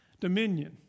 dominion